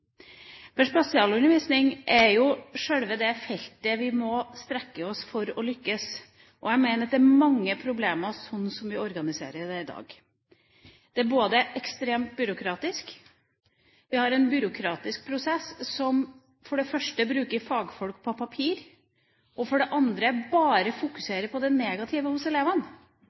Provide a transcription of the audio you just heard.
på i dag. Det er ekstremt byråkratisk. Vi har en byråkratisk prosess som for det første bruker fagfolk på papir, og for det andre bare fokuserer på det negative hos